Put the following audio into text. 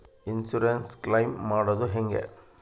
Insurance claim ಮಾಡದು ಹೆಂಗೆ?